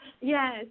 Yes